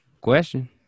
question